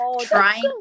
trying